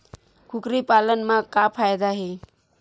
कुकरी पालन म का फ़ायदा हे?